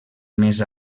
més